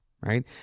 right